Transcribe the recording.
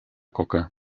coca